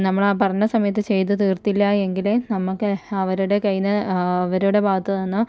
നമ്മൾ ആ പറഞ്ഞ സമയത്തു ചെയ്ത് തീർത്തില്ല എങ്കിൽ നമുക്ക് അവരുടെ കയ്യിൽ നിന്ന് അവരുടെ ഭാഗത്തു നിന്ന്